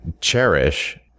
cherish